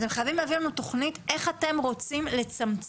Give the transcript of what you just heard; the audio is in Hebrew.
אתם חייבים להביא לנו תכנית איך אתם רוצים לצמצם